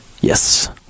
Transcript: yes